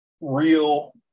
real